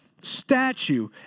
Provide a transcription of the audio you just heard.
statue